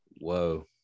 whoa